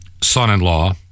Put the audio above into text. son-in-law